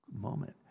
moment